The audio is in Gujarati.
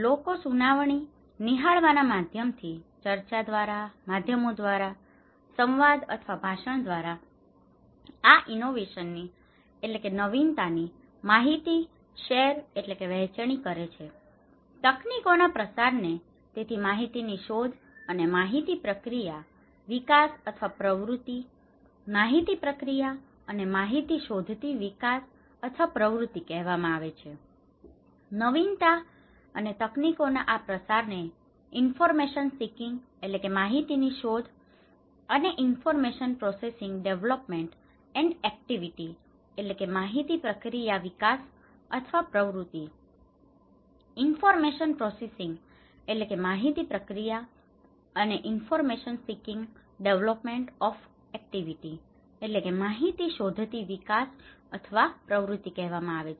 લોકો સુનાવણી નિહાળવાના માધ્યમથી ચર્ચા દ્વારા માધ્યમો દ્વારા સંવાદ અથવા ભાષણ દ્વારા આ ઇનોવેશનની innovation નવીનતા માહિતી શેર share વહેંચણી કરે છે તકનીકોના પ્રસારને તેથી માહિતીની શોધ અને માહિતી પ્રક્રિયા વિકાસ અથવા પ્રવૃત્તિ માહિતી પ્રક્રિયા અને માહિતી શોધતી વિકાસ અથવા પ્રવૃત્તિ કહેવામાં આવે છે નવીનતા અને તકનીકોના આ પ્રસારને ઇન્ફોર્મેશન સિકીંગ information seeking માહિતીની શોધ અને information processing development and activity information processing development or activity માહિતી પ્રક્રિયા વિકાસ અથવા પ્રવૃત્તિ ઇન્ફોર્મેશન પ્રોસેસિંગ information processing માહિતી પ્રક્રિયા અને information seeking development or activity information seeking development or activityમાહિતી શોધતી વિકાસ અથવા પ્રવૃત્તિ કહેવામાં આવે છે